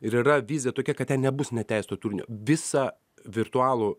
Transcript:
ir yra vizija tokia kad ten nebus neteisėto turinio visą virtualų